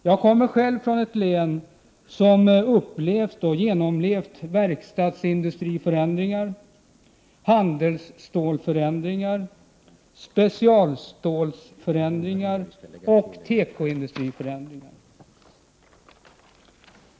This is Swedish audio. Jag kommer själv från ett län som genomlevt verkstadsindustriförändringar, handelsstålsförändringar, specialstålsförändringar och förändringar inom tekoindustrin.